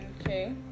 Okay